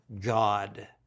God